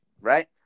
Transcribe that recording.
right